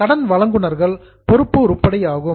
கடன் வழங்குநர் பொறுப்பு உருப்படியாகும்